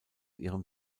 ihrem